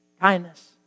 Kindness